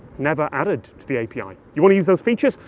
never added to the api. you want to use those features?